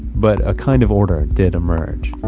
but a kind of order did emerge.